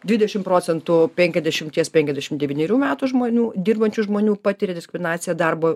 dvidešim procentų penkiasdešimties penkiasdešim devynerių metų žmonių dirbančių žmonių patiria diskriminaciją darbo